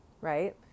Right